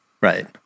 right